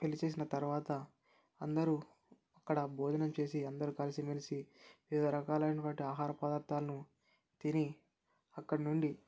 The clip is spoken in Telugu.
పెళ్ళి చేసిన తర్వాత అందరూ అక్కడ భోజనం చేసి అందరూ కలిసిమెలిసి వివిధ రకాలైనటువంటి ఆహార పదార్థాలను తిని అక్కడి నుండి